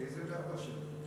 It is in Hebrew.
איזה מהרוטשילדים?